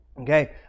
Okay